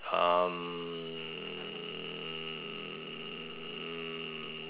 um